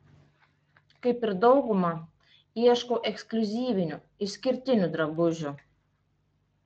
kaip ir dauguma ieškau ekskliuzyvinių išskirtinių drabužių